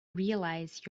realize